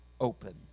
open